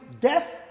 death